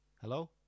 Hello